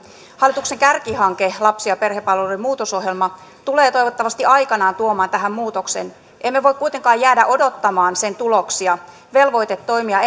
hallituksen kärkihanke lapsi ja perhepalveluiden muutosohjelma tulee toivottavasti aikanaan tuomaan tähän muutoksen emme voi kuitenkaan jäädä odottamaan sen tuloksia velvoite toimia